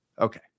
Okay